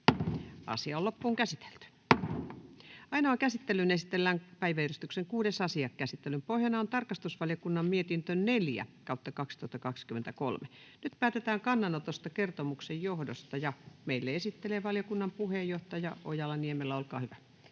Time: N/A Content: Ainoaan käsittelyyn esitellään päiväjärjestyksen 6. asia. Käsittelyn pohjana on tarkastusvaliokunnan mietintö TrVM 4/2023 vp. Nyt päätetään kannanotosta kertomuksen johdosta. Tämän esittelee meille valiokunnan puheenjohtaja Ojala-Niemelä. Olkaa hyvä.